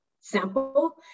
sample